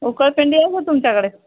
उकरपेंडी आहे का तुमच्याकडे